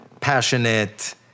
passionate